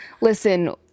Listen